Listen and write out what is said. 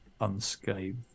unscathed